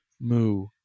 Moo